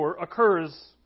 occurs